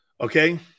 Okay